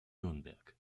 nürnberg